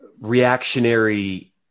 reactionary